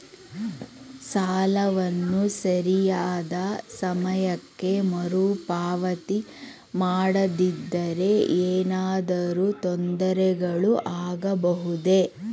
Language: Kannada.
ಸಾಲವನ್ನು ಸರಿಯಾದ ಸಮಯಕ್ಕೆ ಮರುಪಾವತಿ ಮಾಡದಿದ್ದರೆ ಏನಾದರೂ ತೊಂದರೆಗಳು ಆಗಬಹುದೇ?